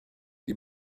die